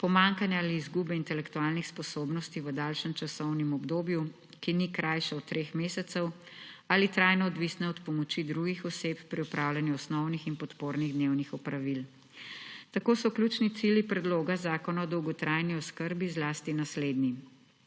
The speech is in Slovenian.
pomanjkanja ali izgube intelektualnih sposobnosti v daljšem časovnem obdobju, ki ni krajše do treh mesecev, ali trajno odvisne od pomoči drugih oseb pri opravljanju osnovnih in podpornih dnevnih opravil. Tako so ključni cilji Predloga zakona o dolgotrajni oskrbi zlasti naslednji.